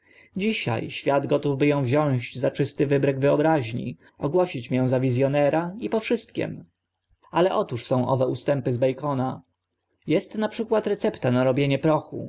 dzisia świat gotów by ą wziąć za czysty wybryk wyobraźni ogłosić mię za wiz onera i po wszystkim ale otoż są owe ustępy z bacona jest na przykład recepta na robienie